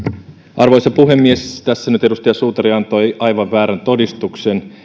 arvoisa puhemies tässä nyt edustaja suutari antoi aivan väärän todistuksen